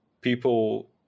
people